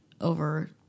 over